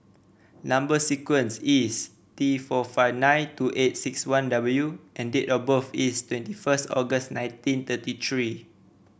number sequence is T four five nine two eight six one W and date of birth is twenty first August nineteen thirty three